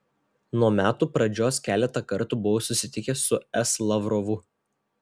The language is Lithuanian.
nuo metų pradžios keletą kartų buvau susitikęs su s lavrovu